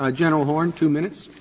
ah general horne, two minutes.